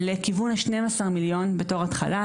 לכיוון סכום של כ-12 מיליון ₪ בתור התחלה,